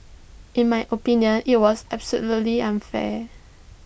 in my opinion IT was absolutely unfair